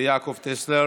ויעקב טסלר.